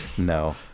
No